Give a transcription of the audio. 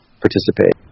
participate